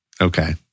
Okay